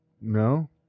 no